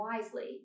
wisely